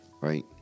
right